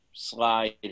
Slide